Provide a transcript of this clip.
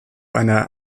einer